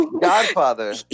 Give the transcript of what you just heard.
Godfather